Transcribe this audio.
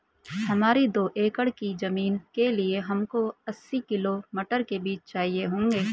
हमारी दो एकड़ की जमीन के लिए हमको अस्सी किलो मटर के बीज चाहिए होंगे